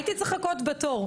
הייתי צריך לחכות בתור.